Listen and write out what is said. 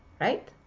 right